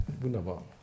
Wunderbar